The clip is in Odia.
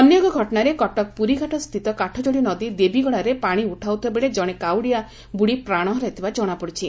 ଅନ୍ୟଏକ ଘଟଶାରେ କଟକ ପୁରୀଘାଟସ୍ଷିତ କାଠଯୋଡ଼ୀ ନଦୀ ଦେବୀଗଡ଼ାରେ ପାଶି ଉଠାଉଥିବା ବେଳେ ଜଶେ କାଉଡ଼ିଆ ବୁଡ଼ି ପ୍ରାଶ ହରାଇଥିବା ଜଣାପଡ଼ିଛି